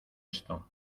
esto